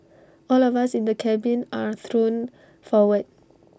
all of us in the cabin are thrown forward